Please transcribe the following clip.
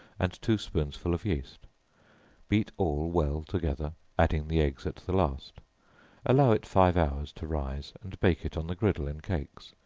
and two spoonsful of yeast beat all well together, adding the eggs at the last allow it five hours to rise, and bake it on the griddle in cakes,